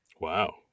Wow